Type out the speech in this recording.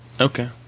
Okay